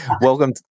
welcome